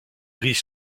gris